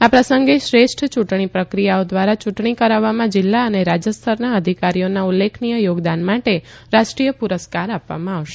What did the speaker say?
આ પ્રસંગે શ્રેષ્ઠ ચૂંટણી પ્રક્રિયાઓ દ્વારા ચૂંટણી કરાવવામાં જિલ્લા અને રાજ્ય સ્તરના અધિકારીઓના ઉલ્લેખનીય યોગદાન માટે રાષ્ટ્રીય પુરસ્કાર આપવામાં આવશે